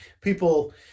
people